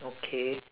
okay